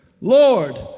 Lord